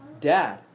dad